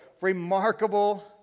remarkable